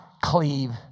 cleave